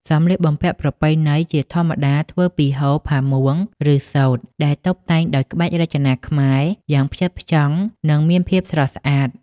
សម្លៀកបំពាក់ប្រពៃណីជាធម្មតាធ្វើពីហូល ផាមួង ឬសូត្រដែលតុបតែងដោយក្បាច់រចនាខ្មែរយ៉ាងផ្ចិតផ្ចង់នឹងមានភាពស្រស់ស្អាត ។